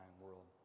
world